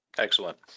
Excellent